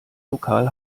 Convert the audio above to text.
lokal